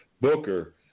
Booker